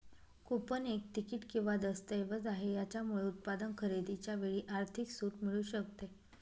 coupon एक तिकीट किंवा दस्तऐवज आहे, याच्यामुळे उत्पादन खरेदीच्या वेळी आर्थिक सूट मिळू शकते